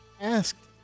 asked